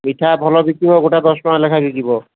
ମିଠା ଭଲ ବିକିବ ଗୋଟା ଦଶ ଟଙ୍କା ଲେଖାଁ ବିକିବ